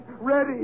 Ready